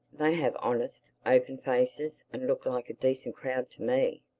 they have honest, open faces and look like a decent crowd to me.